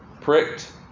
Pricked